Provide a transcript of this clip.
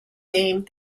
name